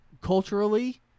Culturally